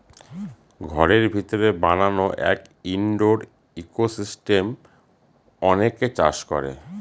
ঘরের ভিতরে বানানো এক ইনডোর ইকোসিস্টেম অনেকে চাষ করে